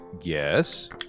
yes